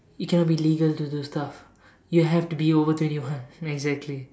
you cannot be legal to do stuff you have to be over twenty one exactly